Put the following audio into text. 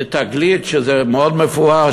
ל"תגלית" שזה מאוד מפואר,